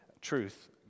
truth